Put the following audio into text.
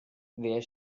wear